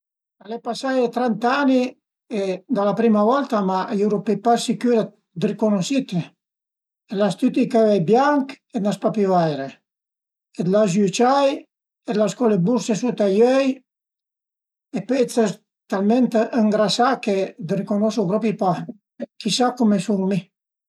Sun chërsü ën 'na cita burgà, ansi ën 'na ca vizin a 'na cita burgà, viin a ün cit pais, i eru ën mes ai camp, ën mes a le vigne, ën mes ai bosch e ën mes ai pra, cuindi al era ën post trancuil e pudìu ste fora tüt ël di e sarìu gnanca mai andait a ca